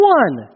one